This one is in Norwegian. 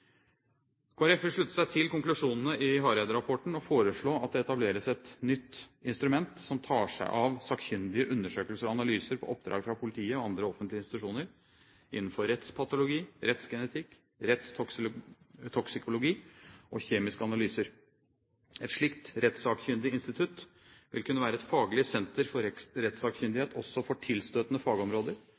vil slutte seg til konklusjonene i Hareide-rapporten og foreslå at det etableres et nytt instrument som tar seg av sakkyndige undersøkelser og analyser på oppdrag fra politiet og andre offentlige institusjoner innenfor rettspatologi, rettsgenetikk, rettstoksikologi og kjemiske analyser. Et slikt rettssakkyndig institutt vil kunne være et faglig senter for rettssakkyndighet også for tilstøtende fagområder